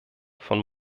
von